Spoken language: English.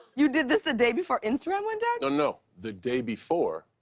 you did this the day before instagram went down? no, no, the day before,